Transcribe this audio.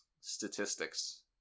statistics